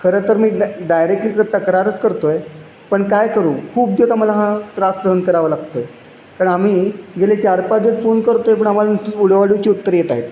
खरं तर मी डा डायरेक्टली तक्रारच करतो आहे पण काय करू खूप दिवस आम्हाला हा त्रास सहन करावा लागतो आहे कारण आम्ही गेले चारपाच दिवस फोन करतो आहे पण आम्हाला नुसतीच उडवाउडवीची उत्तरं येत आहेत